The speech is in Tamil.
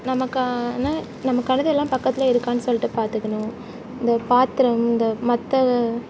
நமக்கான நமக்கானது எல்லாம் பக்கத்துலே இருக்கான்னு சொல்லிட்டு பார்த்துக்கணும் இந்த பாத்திரம் இந்த மற்ற